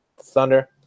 Thunder